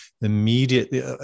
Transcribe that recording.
immediately